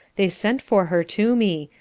they sent for her to me,